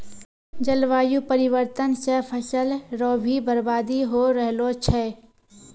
जलवायु परिवर्तन से फसल रो भी बर्बादी हो रहलो छै